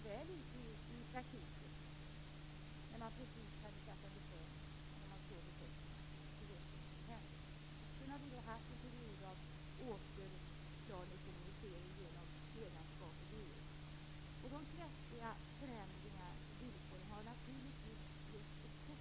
De ekonomiska villkoren för jordbruket har varit minst sagt ryckiga de senaste tio åren. Det hade först en period av efterlängtad avreglering, som dessutom slog väl ut i praktiken när den just hade satts i sjön. Man såg att den hade effekter. Vi vet vad som sedan hände.